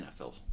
NFL